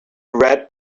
read